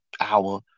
hour